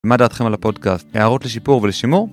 מה דעתכם על הפודקאסט? הערות לשיפור ולשימור?